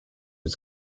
was